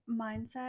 mindset